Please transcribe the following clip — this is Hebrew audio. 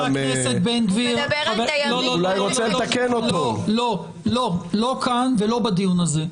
חבר הכנסת בן גביר, לא כאן ולא בדיון הזה.